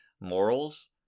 morals